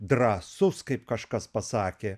drąsus kaip kažkas pasakė